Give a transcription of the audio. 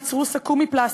אשר יצרו סכו"ם מפלסטיק,